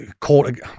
caught